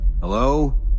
Hello